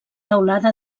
teulada